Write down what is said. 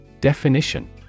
Definition